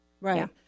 Right